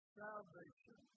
salvation